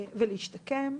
ולהשתקם,